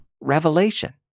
revelation